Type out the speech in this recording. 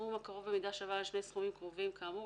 וסכום הקרוב במידה שווה לשני סכומים קרובים כאמור,